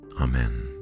Amen